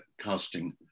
casting